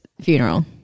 funeral